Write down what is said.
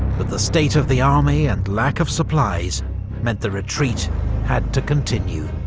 but the state of the army and lack of supplies meant the retreat had to continue.